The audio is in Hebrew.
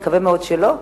נקווה מאוד שלא,